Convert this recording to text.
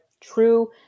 true